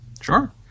sure